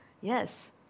Yes